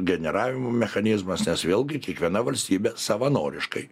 generavimo mechanizmas nes vėlgi kiekviena valstybė savanoriškai